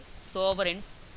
sovereigns